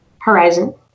Horizon